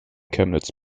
chemnitz